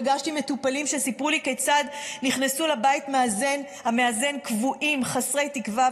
פגשתי מטופלים שסיפרו לי כיצד נכנסו לבית המאזן כבויים וחסרי תקווה,